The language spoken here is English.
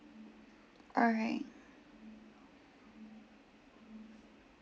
alright